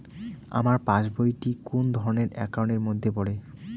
আমার পাশ বই টি কোন ধরণের একাউন্ট এর মধ্যে পড়ে?